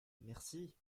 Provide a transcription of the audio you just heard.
merci